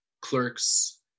Clerks